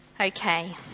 Okay